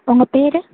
உங்கள் பேர்